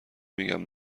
میگم